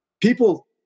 people